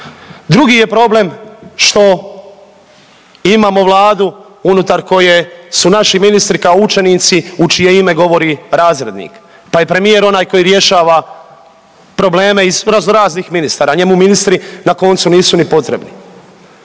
Drugi je problem što imamo Vladu unutar koje su naši ministri kao učenici u čije ime govori razrednik, pa je premijer onaj koji rješava probleme i razno raznih ministara, njemu ministri na koncu nisu ni potrebni.